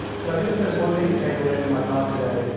so i think, if there's one thing to take away from my talk today,